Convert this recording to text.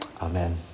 Amen